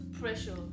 pressure